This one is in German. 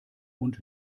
und